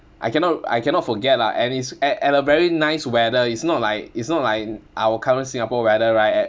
I cannot I cannot forget lah and it's at at a very nice weather it's not like it's not like in our current singapore weather right